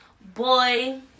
boy